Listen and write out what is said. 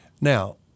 Now